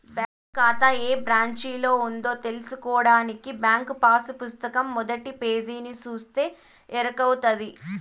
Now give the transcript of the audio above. bank కాతా ఏ బ్రాంచిలో ఉందో తెల్సుకోడానికి బ్యాంకు పాసు పుస్తకం మొదటి పేజీని సూస్తే ఎరకవుతది